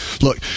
look